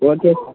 okay sir